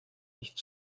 nicht